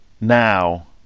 now